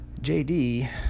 JD